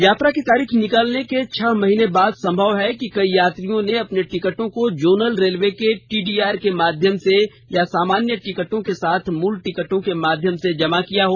यात्रा की तारीख निकलने के छह महीने बाद संभव है कि कई यात्रियों ने अपने टिकटों को जोनल रेलवे के टीडीआर के माध्यम से या सामान्य टिकटों के साथ मूल टिकटों के माध्यम से जमा किया हो